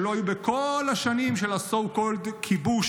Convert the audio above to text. שלא היו בכל השנים של ה-so called "כיבוש",